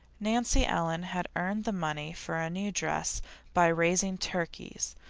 nancy ellen had earned the money for a new dress by raising turkeys,